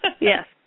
Yes